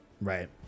right